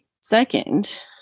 Second